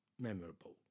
memorable